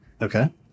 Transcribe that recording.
Okay